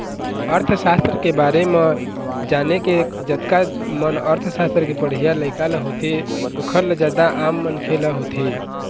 अर्थसास्त्र के बारे म जाने के जतका मन अर्थशास्त्र के पढ़इया लइका ल होथे ओखर ल जादा आम मनखे ल होथे